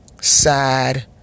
sad